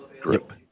group